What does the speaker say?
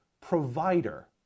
provider